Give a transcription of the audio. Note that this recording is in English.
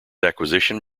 acquisition